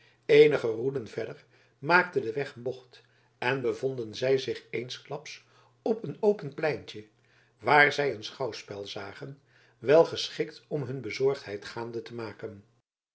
eenige roeden verder maakte de weg een bocht en bevonden zij zich eensklaps op een open pleintje waar zij een schouwspel zagen wel geschikt om hun bezorgdheid gaande te maken